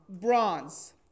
bronze